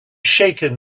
shaken